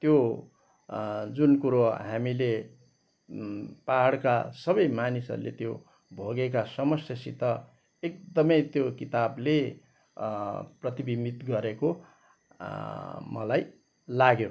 त्यो जुन कुरो हामीले पाहाडका सबै मानिसहरूले त्यो भोगेका समस्यासित एकदमै त्यो किताबले प्रतिविम्बित गरेको मलाई लाग्यो